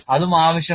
അതും ആവശ്യമാണ്